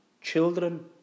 children